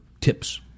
tips